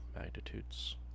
magnitudes